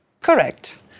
Correct